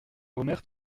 omer